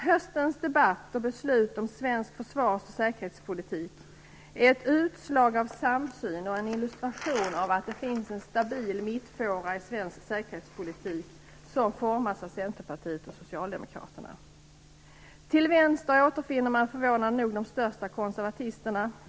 Höstens debatt och beslut om svensk försvars och säkerhetspolitik är ett utslag av samsyn och en illustration av att det finns en stabil mittfåra i svensk säkerhetspolitik som formas av Centerpartiet och Socialdemokraterna. Till vänster återfinner man förvånande nog de största konservatisterna.